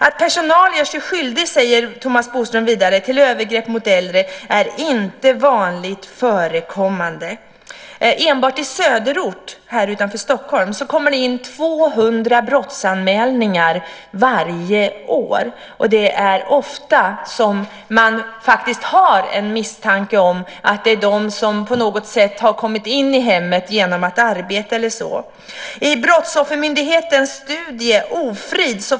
"Att personal gör sig skyldig", säger Thomas Bodström vidare, "till övergrepp mot äldre är inte vanligt förekommande." Enbart i söderort utanför Stockholm kommer det in 200 brottsanmälningar varje år. Det är ofta som man faktiskt har en misstanke om att det är de som har kommit in i hemmet genom arbete. I Brottsoffermyndighetens studie Ofrid?